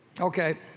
Okay